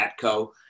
Atco